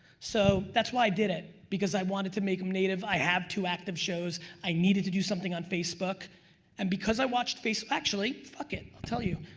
so that's why i did it, because i wanted to make them native. i have two active shows. i needed to do something on facebook and because i watched face, actually, fuck it, i'll tell you.